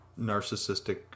narcissistic